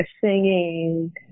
singing